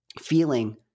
feeling